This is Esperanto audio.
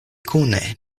kune